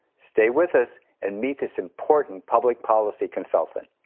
stay with us and meet this important public policy consultant.